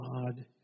God